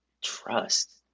trust